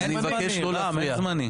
רם, אין זמני.